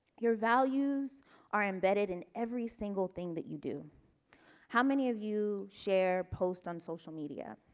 your values are embedded in every single thing that you do how many of you share post on social media